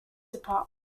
department